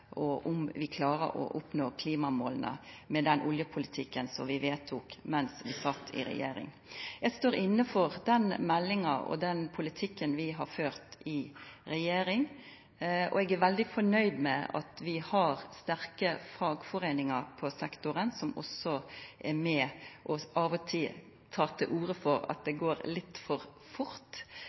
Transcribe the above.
og om vi klarer å nå klimamåla med den oljepolitikken vi vedtok då vi sat i regjering. Eg står inne for den meldinga og den politikken vi førte i regjering, og eg er veldig fornøgd med at vi har sterke fagforeiningar på sektoren, som også av og til er med og tek til orde for at det går litt for fort,